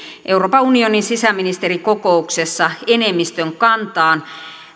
euroopan unionin sisäministerikokouksessa enemmistön kantaan